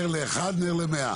נר לאחד, נר למאה.